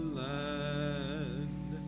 land